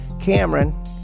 Cameron